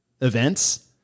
events